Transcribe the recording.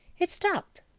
it stopped!